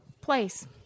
place